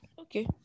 okay